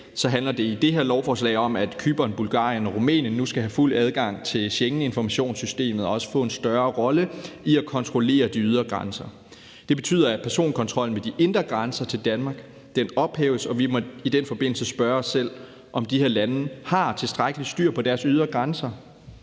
handler det i det her lovforslag om, at Cypern, Bulgarien og Rumænien nu skal have fuld adgang til Schengeninformationssystemet og også have en større rolle i at kontrollere de ydre grænser. Det betyder, at personkontrollen ved de indre grænser til Danmark ophæves, og vi må i den forbindelse spørge os selv, om de her lande har tilstrækkelig styr på deres ydre grænser.